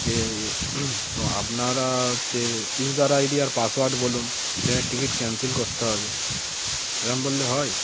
যে তো আপনারা হচ্ছে ইউজার আইডি আর পাসওয়ার্ড বলুন ট্রেনের টিকিট ক্যান্সেল করতে হবে এরম বললে হয়